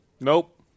Nope